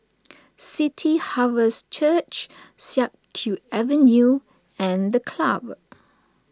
City Harvest Church Siak Kew Avenue and the Club